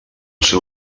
seu